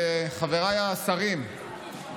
חבריי השרים,